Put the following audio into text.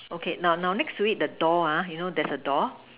okay now now next to it the door ah you know there's a door